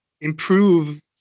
improve